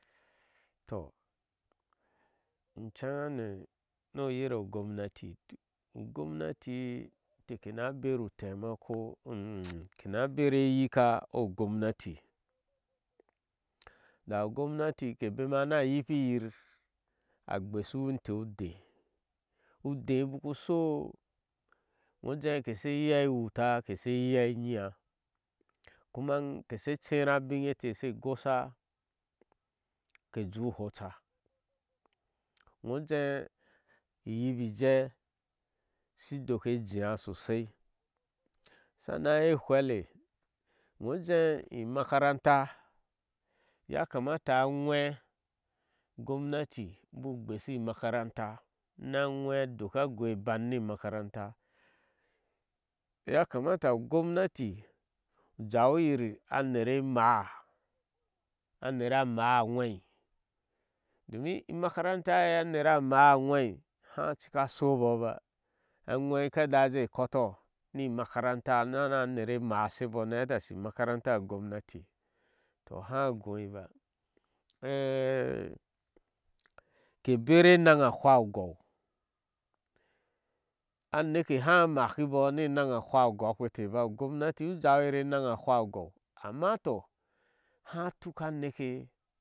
Toh inen-ne oyero ogounati, ugrunation inte kena beru u taimako intenkena lera eyika o gounati da u gounati ke bema na yipiyir a gbesshi outch dee udeɛ ubaku ushɔɔ niyo wjɛɛ inteh kesha iyaá ewuta, keshe iyaá e nyiaá kuman keshe lere abiye teh she gosha ke jɛɛ. whoca, gogee uyibijee ushi doke jeea shoshai, sannan a hwelle go jee imakaranta, ya kamata ujwe, u gounata u babu u gbeshihintew i makaranta na aywe adoka a goi iban ni imakarante ya kamata u ggoiunati u jawiyir anere emaaá anera amaá a gwei domin imkarata anera amáá a gwei domin immakarante anere amaá agwei da cika a shabo báá aŋwei ka daje. kete na. nera a máá aŋwɛi a shaba na heti a shi imterata a gounati toh ha goi ba kebera eneŋ a hwau uguo, aneke wha makibɔɔ ba ne naga hwáá ogou ete báá ugounti u jawiyir enag a hwau ogou ama toh aha tuka aruke.